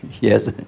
Yes